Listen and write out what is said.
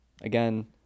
again